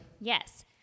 Yes